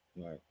Right